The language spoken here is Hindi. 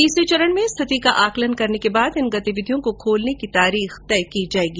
तीसरे चरण में स्थिति का आकलन करने के बाद इन गतिविधियों को खोलने की तारीख तय की जाएगी